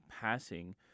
passing